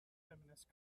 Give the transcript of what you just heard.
feminist